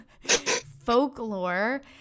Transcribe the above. Folklore